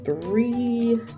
three